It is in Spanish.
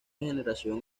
generación